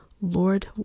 Lord